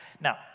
Now